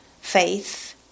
faith